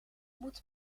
moet